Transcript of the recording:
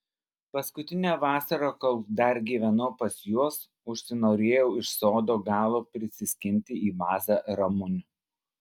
paskutinę vasarą kol dar gyvenau pas juos užsinorėjau iš sodo galo prisiskinti į vazą ramunių